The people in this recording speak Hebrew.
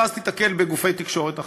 ואז תיתקל בגופי תקשורת אחרים.